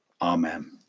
Amen